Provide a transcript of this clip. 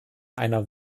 einer